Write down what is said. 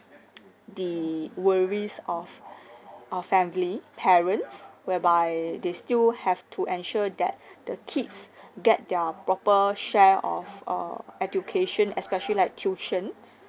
the worries of of family parents whereby they still have to ensure that the kids get their proper share of uh education especially like tuition